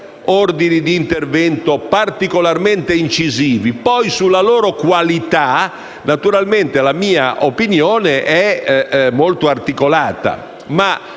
ordini di intervento particolarmente incisivi sulla cui qualità, naturalmente, la mia opinione è molto articolata.